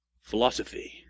Philosophy